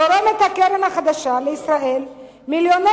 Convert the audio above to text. תורמת הקרן החדשה לישראל מיליוני